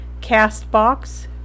CastBox